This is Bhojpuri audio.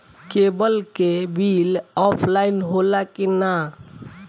केबल के बिल ऑफलाइन होला कि ना?